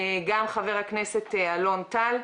חבר הכנסת אלון טל.